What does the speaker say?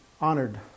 honored